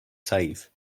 save